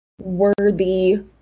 worthy